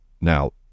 Now